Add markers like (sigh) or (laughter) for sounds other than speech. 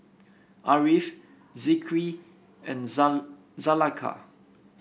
Ariff Zikri and (unintelligible) Zulaikha